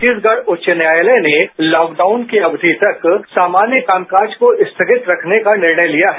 छत्तीसगढ़ उच्च न्यायालय ने लॉक डाउन की अवधि तक सामान्य कामकाज को स्थगित रखने का निर्णय लिया है